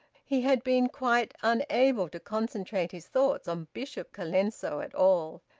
he had been quite unable to concentrate his thoughts on bishop colenso at all,